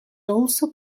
also